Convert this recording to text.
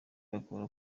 bakora